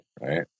right